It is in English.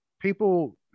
people